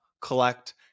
collect